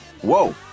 Whoa